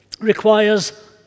requires